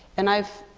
and i've